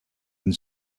and